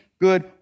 good